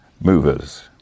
movers